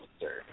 sir